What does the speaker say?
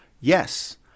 yes